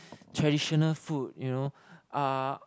traditional food you know uh